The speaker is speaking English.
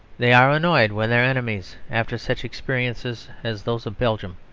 they are annoyed when their enemies, after such experiences as those of belgium,